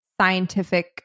scientific